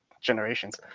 Generations